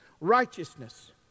Righteousness